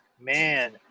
man